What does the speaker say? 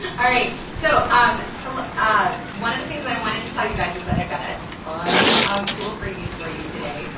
and alright, so um ah one of the things i wanted to tell you guys is that i've got a ton of cool freebies for you today.